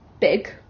big